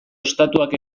estatuak